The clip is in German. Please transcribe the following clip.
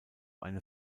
eine